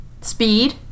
Speed